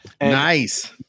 Nice